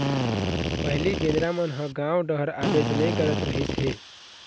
पहिली बेंदरा मन ह गाँव डहर आबेच नइ करत रहिस हे